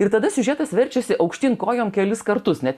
ir tada siužetas verčiasi aukštyn kojom kelis kartus net